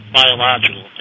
biological